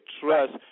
trust